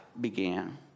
began